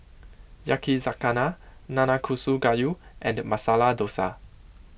Yakizakana Nanakusa Gayu and Masala Dosa